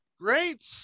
Great